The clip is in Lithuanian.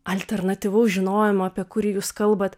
alternatyvaus žinojimo apie kurį jūs kalbat